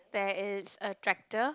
there is a tractor